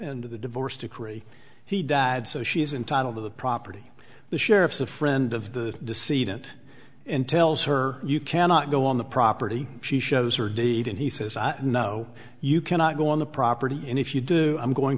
into the divorce decree he died so she is entitled to the property the sheriff's a friend of the deceit it and tells her you cannot go on the property she shows her date and he says i know you cannot go on the property and if you do i'm going